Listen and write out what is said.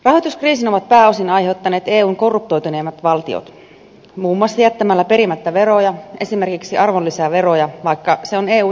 rahoituskriisin ovat pääosin aiheuttaneet eun korruptoituneimmat valtiot muun muassa jättämällä perimättä veroja esimerkiksi arvonlisäveroja vaikka se on eu jäsenmaksun perusta